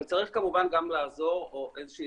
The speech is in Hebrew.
אבל צריך כמובן גם לעזור או איזה שהיא